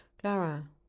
Clara